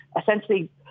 essentially